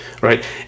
Right